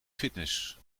fitness